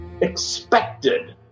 expected